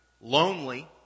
lonely